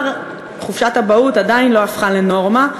חופשת אבהות עדיין לא הפכה לנורמה,